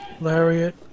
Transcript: Lariat